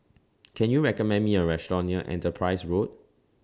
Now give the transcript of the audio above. Can YOU recommend Me A Restaurant near Enterprise Road